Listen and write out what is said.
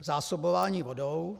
Zásobování vodou.